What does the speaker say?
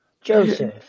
Joseph